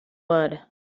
wood